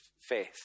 faith